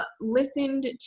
listened